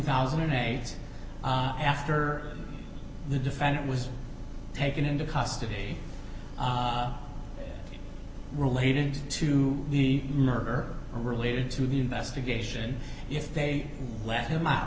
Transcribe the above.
thousand and eight after the defendant was taken into custody related to the murder related to the investigation if they let him out